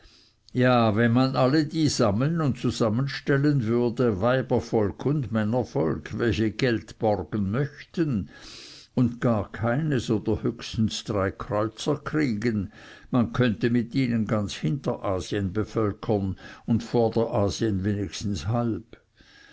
ja wenn man alle die sammeln und zusammenstellen würde weibervolk und männervolk welche geld borgen möchten und gar keines oder höchstens drei kreuzer kriegen man könnte mit ihnen ganz hinterasien bevölkern und vorderasien wenigstens halb